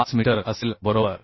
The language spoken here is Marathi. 5 मीटर असेल बरोबर